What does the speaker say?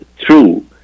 true